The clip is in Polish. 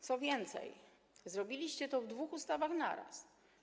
Co więcej, zrobiliście to w dwóch ustawach na raz.